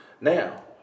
Now